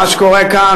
מה שקורה כאן,